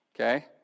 Okay